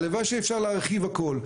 הלוואי שהיה אפשר להרחיב הכל,